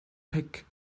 pic